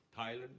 Thailand